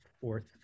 fourth